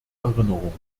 erinnerung